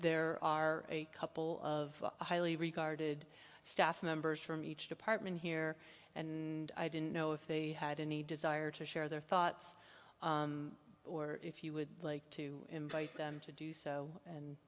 there are a couple of highly regarded staff members from each department here and i don't know if they had any desire to share their thoughts or if you would like to invite them to do so and